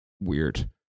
weird